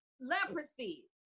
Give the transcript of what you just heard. leprosy